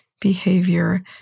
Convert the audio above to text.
behavior